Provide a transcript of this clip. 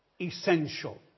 essential